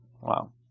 Wow